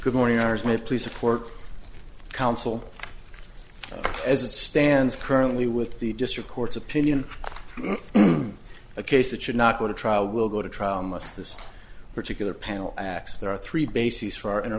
good morning ours we have to support counsel as it stands currently with the district court's opinion on a case that should not go to trial will go to trial unless this particular panel acts there are three bases for our inner